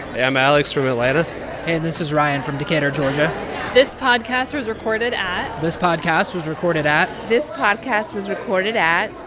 i'm alex from atlanta and this is ryan from decatur, ga this podcast was recorded at. this podcast was recorded at. this podcast was recorded at.